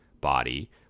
body